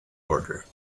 order